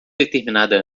determinada